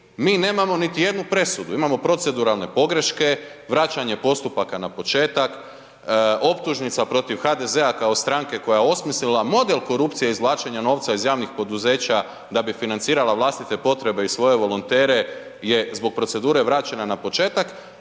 mi nemamo niti jednu presudu, imamo proceduralne pogreške, vraćanje postupaka na početak, optužnica protiv HDZ-a kao stranke koja je osmislila model korupcije i izvlačenje novca iz javnih poduzeća da bi financirala vlastite potrebe i svoje volontere, je zbog procedure vraćena na početak